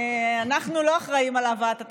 אנחנו לא אחראים להבאת התקציב.